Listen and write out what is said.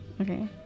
Okay